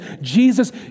Jesus